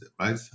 right